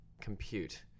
compute